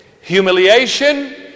Humiliation